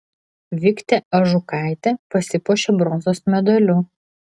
viktė ažukaitė pasipuošė bronzos medaliu